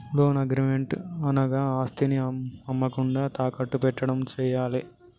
loan agreement అనగా ఆస్తిని అమ్మకుండా తాకట్టు పెట్టడం చేయాలే